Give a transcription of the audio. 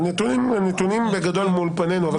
הנתונים בגדול מול פנינו.